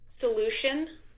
solution